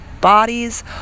bodies